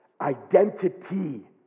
identity